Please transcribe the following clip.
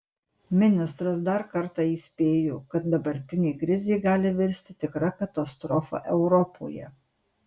ministras dar kartą įspėjo kad dabartinė krizė gali virsti tikra katastrofa europoje